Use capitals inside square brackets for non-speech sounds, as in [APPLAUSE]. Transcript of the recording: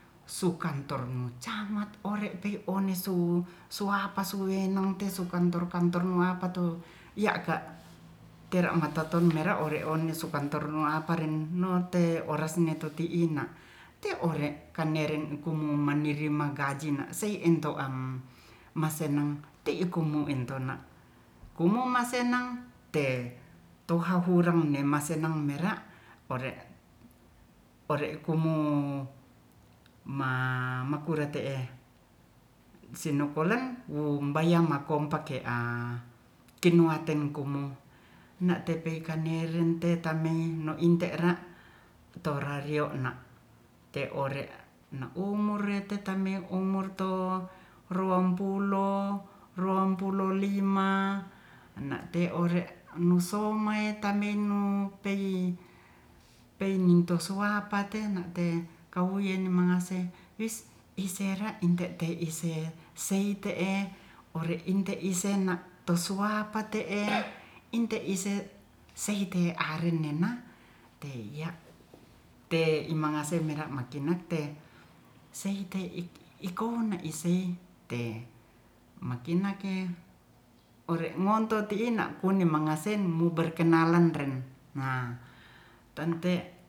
Sukantorcamat ore'pei onessu suapa suenang sukantor-kantor nu'apa tu ya'ka tera'mataton mera'ore one sukantor nu'apa ren note oras neto'ti'ina te'ore kaneren kumumanirima gaji na'sei'en to'am masenang teikumu ento'na kumu'masenang te tohahureng ne'masenang mera'ore ore'kumu ma makura te'e sinokulen wumbayangmakompak ke'a kinwaten kumu'na'tepe kaneren te'tamei no'inte'ra'tora rio'na' te'ore na umur retetameoumurto ruampulo- lima ana'te ore no'usomaetamingno peyyi- ninto suapate na'te kawuyeni mangaseh wish hisera inte'te ite sei te'e ore'inte isena'tosuapa te'e [NOISE] inte ise seite arennena tei ya'te imangase mera'makinna'te seitei'kona'ise te makinnake ore'ngonto ti'in nakuni mangasemu berkenalan ren'nga tante'